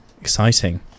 Exciting